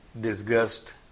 disgust